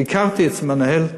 ביקרתי אצל המנהל בחדרו,